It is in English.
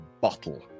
bottle